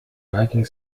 banking